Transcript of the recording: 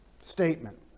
statement